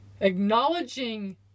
acknowledging